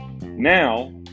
Now